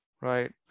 right